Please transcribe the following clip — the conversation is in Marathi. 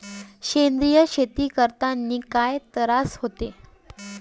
सेंद्रिय शेती करतांनी काय तरास होते?